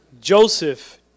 Joseph